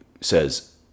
says